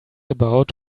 about